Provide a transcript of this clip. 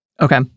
Okay